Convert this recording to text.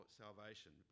salvation